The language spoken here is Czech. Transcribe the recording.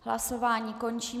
Hlasování končím.